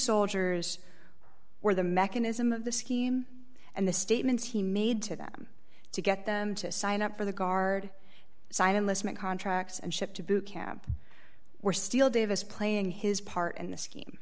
soldiers were the mechanism of the scheme and the statements he made to them to get them to sign up for the guard signed enlistment contracts and shipped to boot camp were still davis playing his part in the scheme